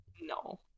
No